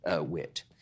wit